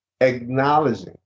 acknowledging